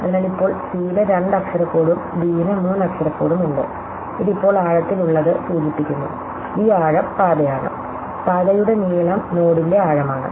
അതിനാൽ ഇപ്പോൾ c ന് രണ്ട് അക്ഷര കോഡും d ന് മൂന്ന് അക്ഷര കോഡും ഉണ്ട് ഇത് ഇപ്പോൾ ആഴത്തിലുള്ളത് സൂചിപ്പിക്കുന്നുഈ ആഴം പാതയാണ് പാതയുടെ നീളം നോഡിന്റെ ആഴമാണ്